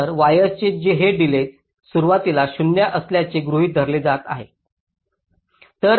तर वायर्सचे हे डिलेज सुरुवातीला 0 असल्याचे गृहित धरले जात आहेत